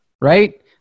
right